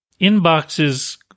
inboxes